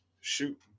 Shoot